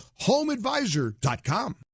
HomeAdvisor.com